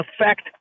affect